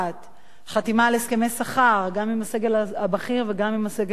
חתימה על הסכמי שכר גם עם הסגל הבכיר וגם עם הסגל הזוטר,